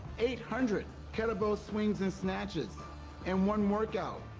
eight hundred kettlebell swings and snatches in one workout.